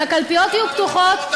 שהקלפיות יהיו פתוחות,